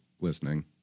listening